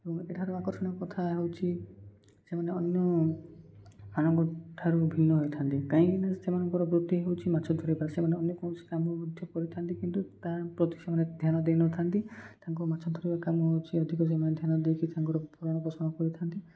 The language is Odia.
ଏବଂ ଏଠାରୁ ଆକର୍ଷଣୀୟ କଥା ହେଉଛିି ସେମାନେ ଅନ୍ୟମାନଙ୍କଠାରୁ ଭିନ୍ନ ହୋଇଥାନ୍ତି କାହିଁକିନା ସେମାନଙ୍କର ବୃତ୍ତିି ହେଉଛି ମାଛ ଧରିବା ସେମାନେ ଅନ୍ୟ କୌଣସି କାମ ମଧ୍ୟ କରିଥାନ୍ତି କିନ୍ତୁ ତାହା ପ୍ରତି ସେମାନେ ଧ୍ୟାନ ଦେଇନଥାନ୍ତି ତାଙ୍କୁ ମାଛ ଧରିବା କାମ ହେଉଛି ଅଧିକ ସେମାନେ ଧ୍ୟାନ ଦେଇକି ତାଙ୍କର ଭରଣପୋଷଣ କରିଥାନ୍ତି